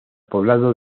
poblado